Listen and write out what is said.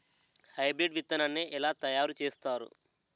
Hybrid విత్తనాన్ని ఏలా తయారు చేస్తారు?